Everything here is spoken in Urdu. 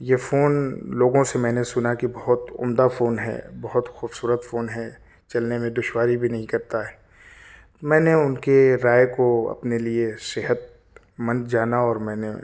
یہ فون لوگوں سے میں نے سنا کہ بہت عمدہ فون ہے بہت خوبصورت فون ہے چلنے میں دشواری بھی نہیں کرتا ہے میں نے ان کے رائے کو اپنے لیے صحت مند جانا اور میں نے